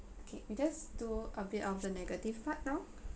okay we just do a bit of the negative part now